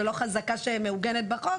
זה לא חזקה שמעוגנת בחוק,